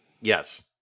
Yes